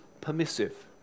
permissive